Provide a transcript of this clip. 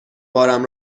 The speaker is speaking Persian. بارم